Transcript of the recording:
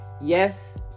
Yes